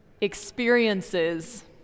experiences